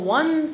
one